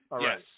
Yes